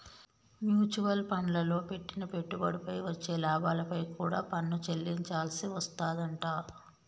mutual ఫండ్లల్లో పెట్టిన పెట్టుబడిపై వచ్చే లాభాలపై కూడా పన్ను చెల్లించాల్సి వస్తాదంట